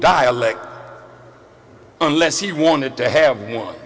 dialect unless he wanted to have